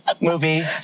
movie